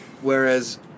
Whereas